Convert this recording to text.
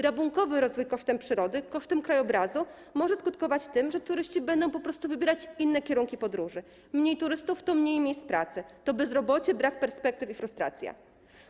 Rabunkowy rozwój kosztem przyrody, kosztem krajobrazu może skutkować tym, że turyści będą po prostu wybierać inne kierunki podróży, a mniej turystów to mniej miejsc pracy, to bezrobocie, brak perspektyw i frustracja.